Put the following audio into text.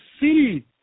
see